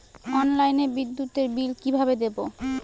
অনলাইনে বিদ্যুতের বিল কিভাবে দেব?